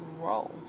grow